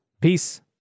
Peace